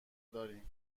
داریم